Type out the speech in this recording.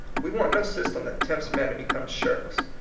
we want no system that tempts men to become shirks.